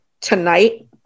tonight